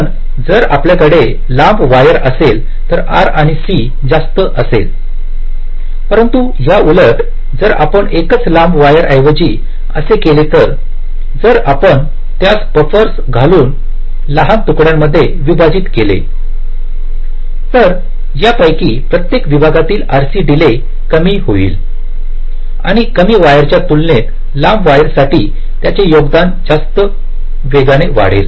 पण जर आपल्याकडे लांब वायर असेल तर R आणि C जास्त असेलपरंतु त्याउलट जर आपण एकच लांब वायर ऐवजी असे केले तर जर आपण त्यास बफरस घालून लहान तुकड्यांमध्ये विभाजित केले तर यापैकी प्रत्येक विभागातील RC डीले कमी होईल आणि कमी वायरच्या तुलनेत लांब वायरसाठी त्याचे योगदान जास्त वेगाने वाढेल